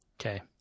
Okay